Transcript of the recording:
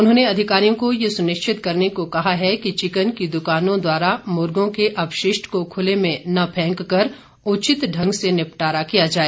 उन्होंने अधिकारियों को यह सुनिश्चित करने को कहा है कि चिकन की दुकानों द्वारा मुर्गो के अपशिष्ट को खुले में न फेंक कर उचित ढंग से निपटारा किया जाए